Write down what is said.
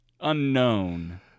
unknown